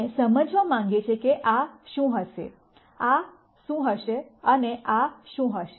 અમે સમજવા માંગીએ છીએ કે આ શું હશે આ શું હશે અને આ શું હશે